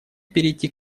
перейти